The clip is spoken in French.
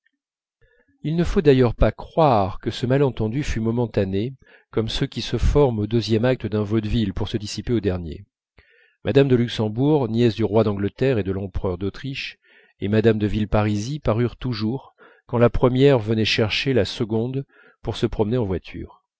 il ne faut d'ailleurs pas croire que ce malentendu fut momentané comme ceux qui se forment au deuxième acte d'un vaudeville pour se dissiper au dernier mme de luxembourg nièce du roi d'angleterre et de l'empereur d'autriche et mme de villeparisis parurent toujours quand la première venait chercher la seconde pour se promener en voiture